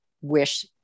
wish